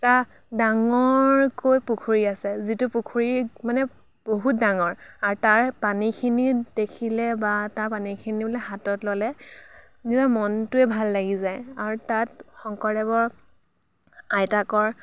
এটা ডাঙৰকৈ পুখুৰী আছে যিটো পুখুৰীত মানে বহুত ডাঙৰ আৰু তাৰ পানীখিনি দেখিলে বা তাৰ পানীখিনি বোলে হাতত ল'লে নিজৰ মনটোৱে ভাল লাগি যায় আৰু তাত শংকৰদেৱৰ আইতাকৰ